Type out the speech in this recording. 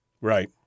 Right